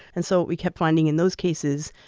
and so we kept finding, in those cases,